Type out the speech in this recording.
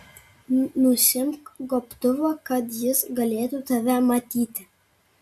nusiimk gobtuvą kad jis galėtų tave matyti